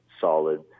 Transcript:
solid